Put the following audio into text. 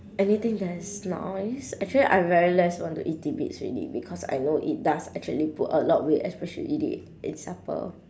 anything that's not oil actually I very less want to eat tidbits already because I know it does actually put a lot weight especially eat it in supper